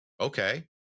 okay